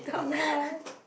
ya